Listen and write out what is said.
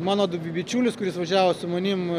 mano bičiulis kuris važiavo su manim